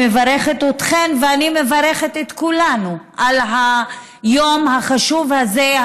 אני מברכת אתכן ואני מברכת את כולנו על היום החשוב הזה,